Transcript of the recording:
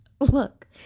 Look